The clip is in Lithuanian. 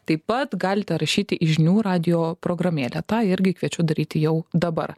taip pat galite rašyti į žinių radijo programėlę tą irgi kviečiu daryti jau dabar